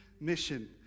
mission